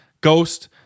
Ghost